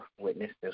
witnesses